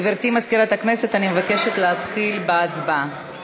גברתי מזכירת הכנסת, אני מבקשת להתחיל בהצבעה.